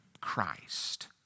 Christ